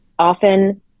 Often